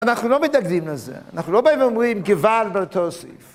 אנחנו לא מתנגדים לזה, אנחנו לא באים ואומרים גוועלד, בל תוסיף.